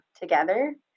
together